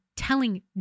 telling